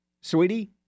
sweetie